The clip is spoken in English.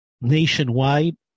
nationwide